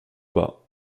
pas